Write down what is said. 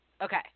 Okay